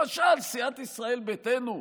למשל סיעת ישראל ביתנו,